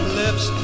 lips